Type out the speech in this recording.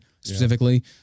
specifically